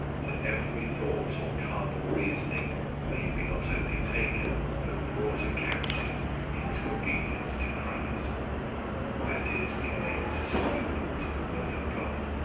that every thought or carnal reasoning may be not only taken, but brought a captive into obedience to christ that is, be made to stoop to the word of god,